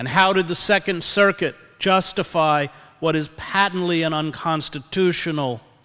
and how did the second circuit justify what is patently an unconstitutional